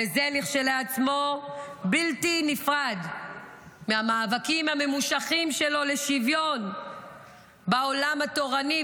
וזה כשלעצמו בלתי נפרד מהמאבקים הממושכים שלו לשוויון בעולם התורני.